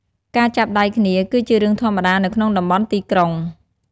ការចាប់ដៃគ្នា គឺជារឿងធម្មតានៅក្នុងតំបន់ទីក្រុង។